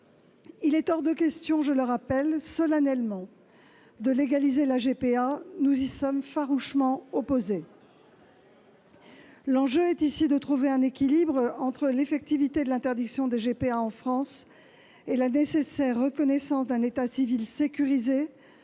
Il est hors de question, je le rappelle solennellement, de légaliser la GPA. Nous y sommes farouchement opposés. L'enjeu est ici de trouver un équilibre entre l'effectivité de l'interdiction de la GPA en France et la nécessaire reconnaissance d'un état civil sécurisé